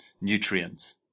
nutrients